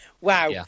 wow